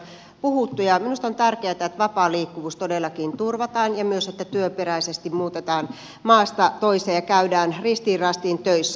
minusta on tärkeätä että vapaa liikkuvuus todellakin turvataan ja myös että työperäisesti muutetaan maasta toiseen ja käydään ristiin rastiin töissä